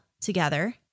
together